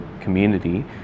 community